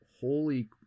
holy